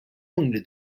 only